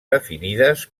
definides